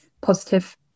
positive